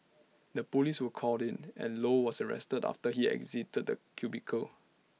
the Police were called in and low was arrested after he exited the cubicle